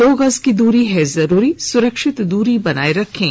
दो गज की दूरी है जरूरी सुरक्षित दूरी बनाए रखें